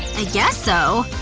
i guess so,